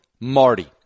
MARTY